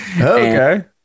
Okay